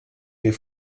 mir